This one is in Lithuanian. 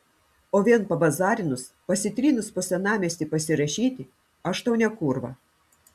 o vien pabazarinus pasitrynus po senamiestį pasirašyti aš tau ne kūrva